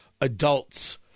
adults